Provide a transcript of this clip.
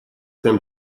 them